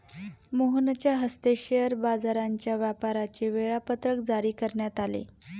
मोहनच्या हस्ते शेअर बाजाराच्या व्यापाराचे वेळापत्रक जारी करण्यात आले